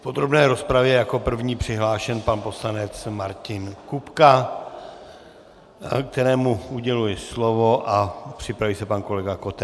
V podrobné rozpravě je jako první přihlášený pan poslanec Martin Kupka, kterému uděluji slovo, a připraví se pan kolega Koten.